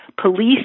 police